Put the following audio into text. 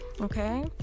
okay